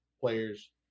players